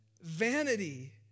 Vanity